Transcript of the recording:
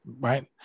right